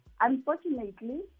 Unfortunately